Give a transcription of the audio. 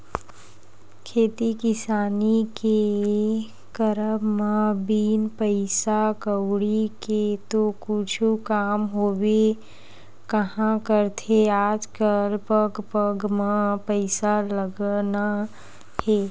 खेती किसानी के करब म बिन पइसा कउड़ी के तो कुछु काम होबे काँहा करथे आजकल पग पग म पइसा लगना हे